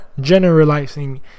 generalizing